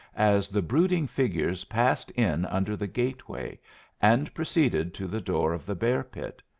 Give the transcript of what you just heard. as the brooding figures passed in under the gateway and proceeded to the door of the bear-pit,